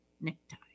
necktie